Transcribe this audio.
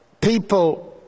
people